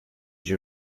age